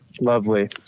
Lovely